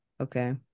okay